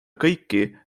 kõiki